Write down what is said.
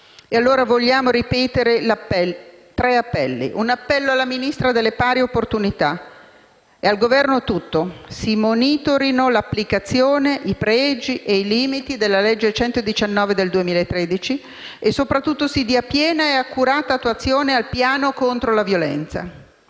allora ripetere tre appelli. Un appello alla Ministra per le pari opportunità e al Governo tutto, affinché si monitorino l'applicazione, i pregi e i limiti della legge n. 119 del 2013 e, soprattutto, si dia piena e accurata attuazione al Piano d'azione